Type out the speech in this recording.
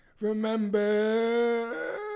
remember